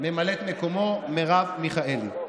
וממלאת מקומו: מרב מיכאלי,